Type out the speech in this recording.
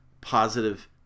positive